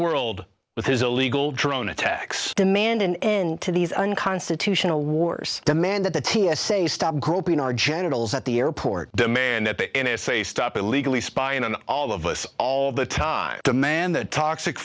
world with his illegal drone attacks demand an end to these unconstitutional wars demand that the t s a stop groping our genitals at the airport demand that the n s a stop illegally spying on all of us all the time demand that toxic